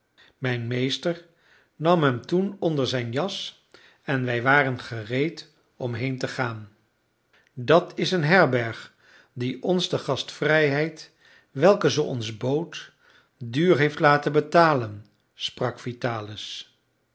mijn meester nam hem toen onder zijn jas en wij waren gereed om heen te gaan dat is een herberg die ons de gastvrijheid welke ze ons bood duur heeft laten betalen sprak vitalis